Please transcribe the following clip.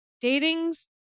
dating's